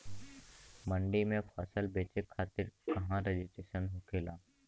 मंडी में फसल बेचे खातिर कहवा रजिस्ट्रेशन होखेला?